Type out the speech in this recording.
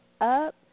up